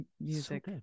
music